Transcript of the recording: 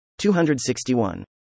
261